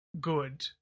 good